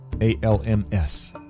A-L-M-S